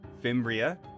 Fimbria